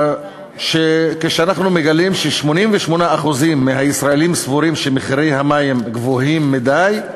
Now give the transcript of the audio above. אנחנו מגלים ש-88% מהישראלים סבורים שמחירי המים גבוהים מדי,